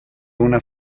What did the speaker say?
una